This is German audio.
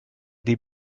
die